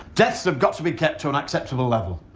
deaths have got to be kept to an acceptable level.